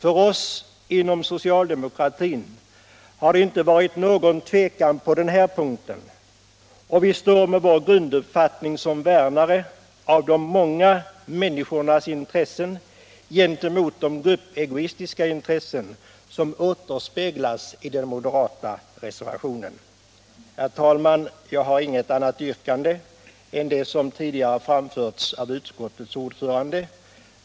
För oss inom socialdemokratin har det inte varit någon tvekan på den här punkten, och vi står med vår grunduppfattning som värnare av de många människornas intressen gentemot de gruppegoistiska intressen som återspeglas i den moderata reservationen. Herr talman! Jag har inget annat yrkande än det som tidigare framförts av utskottets ordförande.